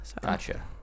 Gotcha